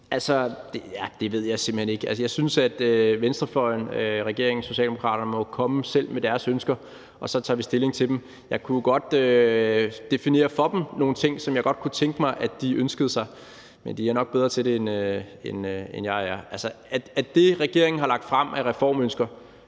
Ja, det ved jeg simpelt hen ikke. Jeg synes, at venstrefløjen, regeringen, Socialdemokraterne selv må komme med deres ønsker, og så tager vi stilling til dem. Jeg kunne godt definere nogle ting for dem, som jeg godt kunne tænke mig de ønskede sig, men de er nok bedre til det, end jeg er. Af det, regeringen har lagt frem af reformønsker